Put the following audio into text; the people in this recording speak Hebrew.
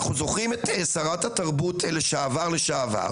אנחנו זוכרים את שרת התרבות לשעבר לשעבר